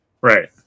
right